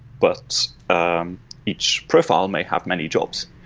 but um each profile may have many jobs.